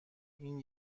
این